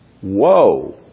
Whoa